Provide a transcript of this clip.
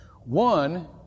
One